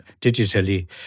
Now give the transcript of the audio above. digitally